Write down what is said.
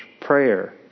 prayer